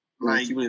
Right